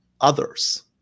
others